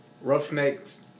Roughnecks